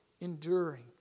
enduring